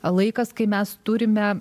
laikas kai mes turime